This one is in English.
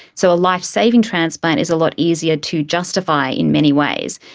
so a life-saving transplant is a lot easier to justify in many ways.